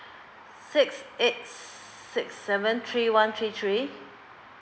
six eight six seven three one three three